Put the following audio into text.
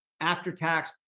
after-tax